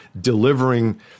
delivering